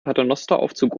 paternosteraufzug